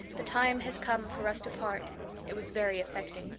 the time has come for us to part it was very affecting.